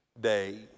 day